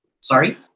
Sorry